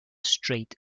straight